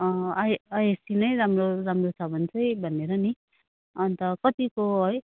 अँ आई आइएससी नै राम्रो राम्रो छ भने चाहिँ भनेर नि अन्त कतिको है